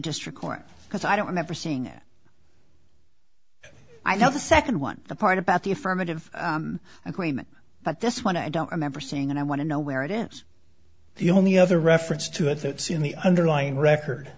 district court because i don't remember seeing as i know the second one the part about the affirmative agreement but this one i don't remember seeing and i want to know where it is the only other reference to it that see in the underlying record